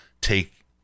take